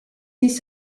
siis